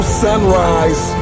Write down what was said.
sunrise